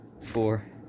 four